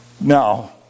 Now